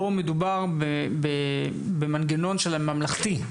פה מדובר במנגנון של הממלכתי.